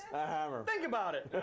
a hammer. think about it.